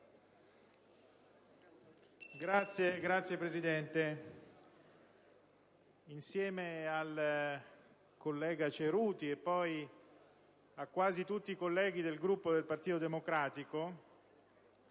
Signora Presidente, insieme al collega Ceruti e a quasi tutti i colleghi del Gruppo del Partito Democratico